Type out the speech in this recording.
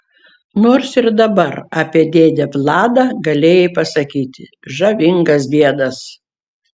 nors ir dabar apie dėdę vladą galėjai pasakyti žavingas diedas